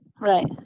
right